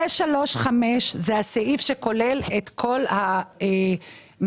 635 זה הסעיף שכולל את כל המערכות